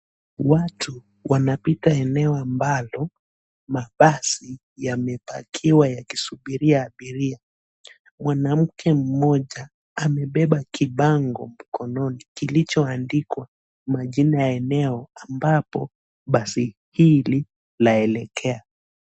Watu wanapita eneo ambalo mabasi yamepakiwa yakisuburi abiria .Mwanamke mmoja amebeba kibango mkononi kilichoandikwa majina ya maeneo ambapo basi hili linaelekea.